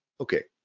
Okay